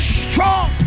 strong